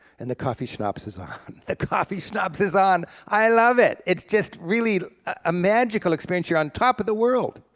and the coffee schnapps is ah on. the coffee schnapps is on. i love it. it's just really a magical experience, you're on top of the world.